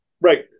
Right